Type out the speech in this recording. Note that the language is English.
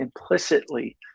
implicitly